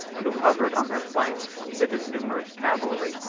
who hovered on their flanks with his numerous cavalry,